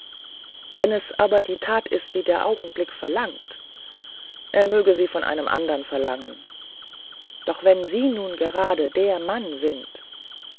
wenn es aber die tat ist die der augenblick verlangt er möge sie von einem anderen verlangen doch wenn sie nun gerade der mann sind